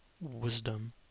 wisdom